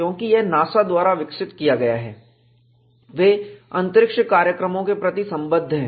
क्योंकि यह नासा द्वारा विकसित किया गया है वे अंतरिक्ष कार्यक्रमों के प्रति सम्बद्ध है